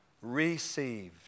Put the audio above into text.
received